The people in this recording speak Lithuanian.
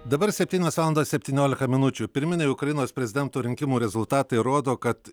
dabar septynios valandos septyniolika minučių pirminiai ukrainos prezidento rinkimų rezultatai rodo kad